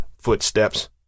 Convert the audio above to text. footsteps